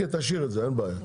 תשאיר את זה, אין בעיה.